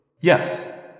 Yes